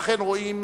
שאכן רואים